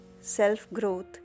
self-growth